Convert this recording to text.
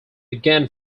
began